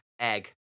egg